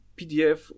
PDF